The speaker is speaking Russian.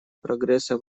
прогресса